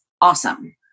awesome